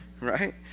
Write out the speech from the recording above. right